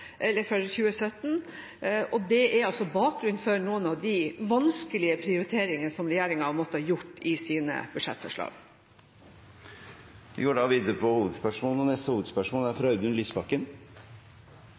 for 2017, og det er bakgrunnen for noen av de vanskelige prioriteringene som regjeringen har måttet gjøre i sine budsjettforslag. Vi går videre til neste hovedspørsmål.